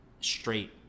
Straight